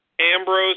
Ambrose